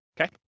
Okay